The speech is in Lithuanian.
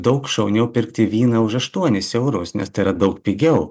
daug šauniau pirkti vyną už aštuonis eurus nes tai yra daug pigiau